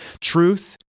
Truth